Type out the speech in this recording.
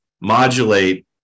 modulate